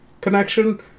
connection